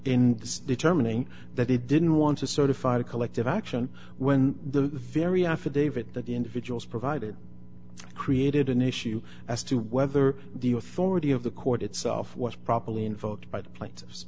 this determining that it didn't want to certify a collective action when the very affidavit that the individuals provided created an issue as to whether the authority of the court itself was properly invoked by the plaintiffs